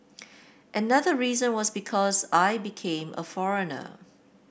another reason was because I became a foreigner